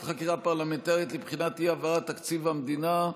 חקירה פרלמנטרית לבחינת אי-העברת תקציב המדינה,